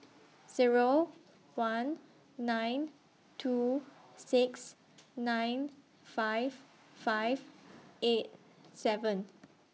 Zero one nine two six nine five five eight seven